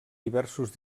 diversos